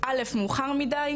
אל"ף מאוחר מדע,